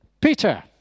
Peter